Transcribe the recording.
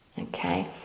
Okay